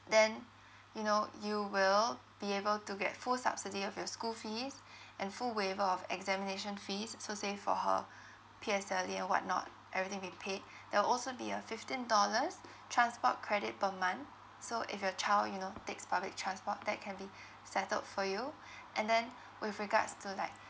then you know you will be able to get full subsidy of your school fees and full waiver of examination fees so say for her P_S_L_E and whatnot everything will be paid there'll also be a fifteen dollars transport credit per month so if your child you know takes public transport that can be settled for you and then with regards to like